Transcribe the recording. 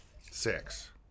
Six